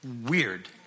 Weird